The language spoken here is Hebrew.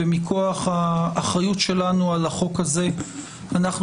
ומכוח האחריות שלנו על החוק הזה אנחנו